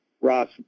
Ross